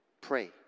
Pray